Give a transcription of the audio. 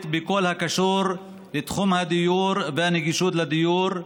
בכל הקשור לתחום הדיור והנגישות לדיור,